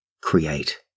create